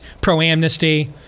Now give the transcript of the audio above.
pro-amnesty